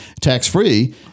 tax-free